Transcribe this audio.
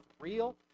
real